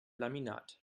laminat